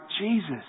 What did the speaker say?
Jesus